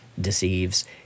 deceives